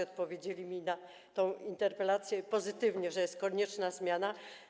Odpowiedzieli mi na tę interpelację pozytywnie, że jest konieczna zmiana.